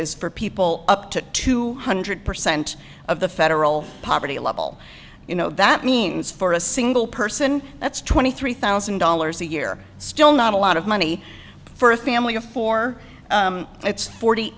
is for people up to two hundred percent of the federal poverty level you know that means for a single person that's twenty three thousand dollars a year still not a lot of money for a family of four it's forty